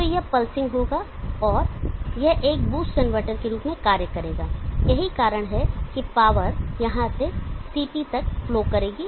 तो यह पलसिंग होगा और यह एक बूस्ट कनवर्टर के रूप में कार्य करेगा यही कारण है कि पावर यहां से CT तक फ्लो करेगी